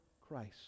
Christ